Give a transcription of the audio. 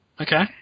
Okay